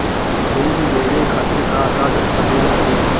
Loan लेवे खातिर का का दस्तावेज लागी?